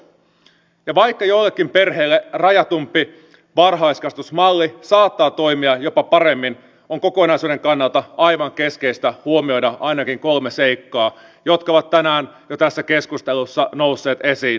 ja vaikka joillekin perheille rajatumpi varhaiskasvatusmalli saattaa toimia jopa paremmin on kokonaisuuden kannalta aivan keskeistä huomioida ainakin kolme seikkaa jotka ovat jo tänään tässä keskustelussa nousseet esiin